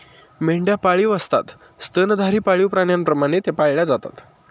मेंढ्या पाळीव असतात स्तनधारी पाळीव प्राण्यांप्रमाणे त्या पाळल्या जातात